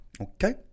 okay